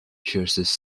churches